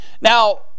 Now